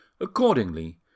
Accordingly